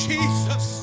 Jesus